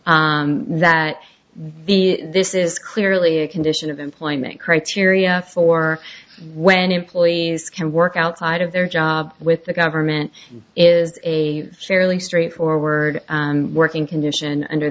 brief that the this is clearly a condition of employment criteria for when employees can work outside of their job with the government is a fairly straightforward working condition under